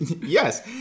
Yes